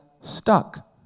stuck